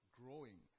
growing